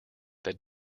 that